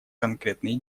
конкретные